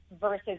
versus